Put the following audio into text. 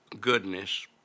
goodness